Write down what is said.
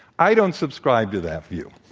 i don't subscribe to that view,